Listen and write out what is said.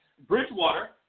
Bridgewater